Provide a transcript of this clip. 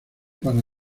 para